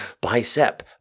Bicep